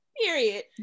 Period